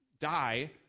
die